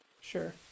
sure